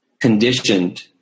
conditioned